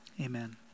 amen